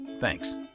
Thanks